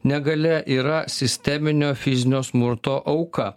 negalia yra sisteminio fizinio smurto auka